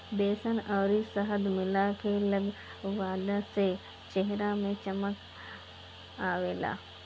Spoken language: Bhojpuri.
बेसन अउरी शहद मिला के लगवला से चेहरा में चमक आवेला